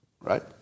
right